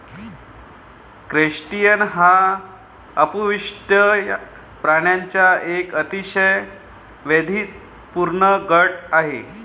crustacean हा अपृष्ठवंशी प्राण्यांचा एक अतिशय वैविध्यपूर्ण गट आहे